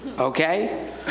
okay